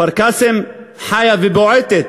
כפר-קאסם חיה ובועטת.